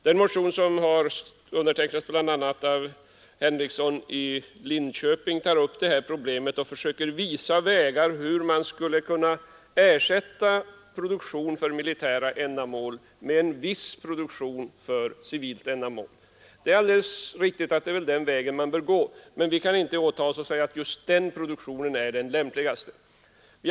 Den motion som är undertecknad av bl.a. herr Henrikson i Linköping tar upp dessa problem och försöker visa hur man skulle kunna ersätta produktion för militära ändamål med viss produktion för civilt ändamål. Det är alldeles riktigt att det är den vägen man bör gå. Men vi kan inte åta oss att säga att just den produktionen är den lämpligaste.